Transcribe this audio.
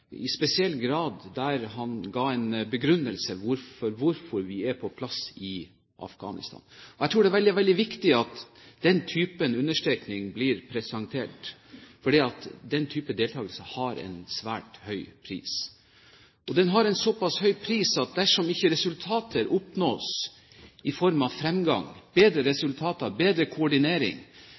i spesiell grad der han ga en begrunnelse for hvorfor vi er på plass i Afghanistan. Jeg tror det er veldig viktig at den type understrekning blir presentert, for den type deltakelse har en svært høy pris. Den har en såpass høy pris at dersom ikke resultater oppnås i form av fremgang og bedre koordinering,